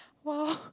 !wah!